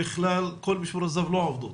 בכלל כל משמרות הזה"ב לא לומדות.